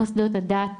גם במוסדות הדת,